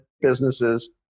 businesses